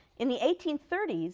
in the eighteen thirty s,